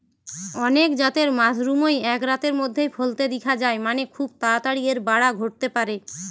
অনেক জাতের মাশরুমই এক রাতের মধ্যেই ফলতে দিখা যায় মানে, খুব তাড়াতাড়ি এর বাড়া ঘটতে পারে